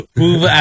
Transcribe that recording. move